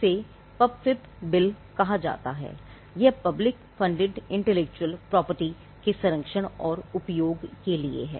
इसे PUPFIP bill कहा जाता था यह पब्लिक फंडेड इंटेलेक्चुअल प्रॉपर्टी के संरक्षण और उपयोग के लिए है